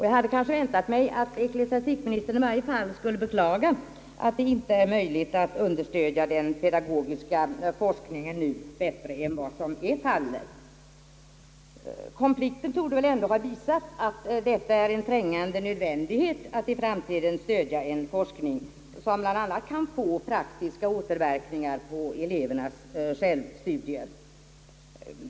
Jag hade väntat mig att ecklesiastikministern i varje fall skulle beklaga att det inte är möjligt att understödja den pedagogiska forskningen bättre än som är fallet. Konflikten torde väl ändå ha visat att det är en trängande nödvändighet att i framtiden stödja en forskning som bl.a. kan få praktiska återverkningar på elevernas självstudier.